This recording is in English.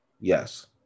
Yes